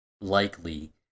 likely